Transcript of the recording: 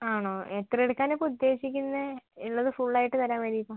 ആണോ എത്ര എടുക്കാനാണ് ഇപ്പോൾ ഉദ്ദേശിക്കുന്നത് ഉള്ളത് ഫുൾ ആയിട്ട് തരാൻ വേണ്ടിയിട്ടാണോ